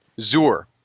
Zur